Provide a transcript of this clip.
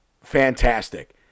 fantastic